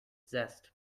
zest